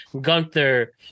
gunther